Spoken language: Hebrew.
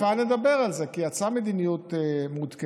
כבר נדבר על זה, כי יצאה מדיניות מעודכנת.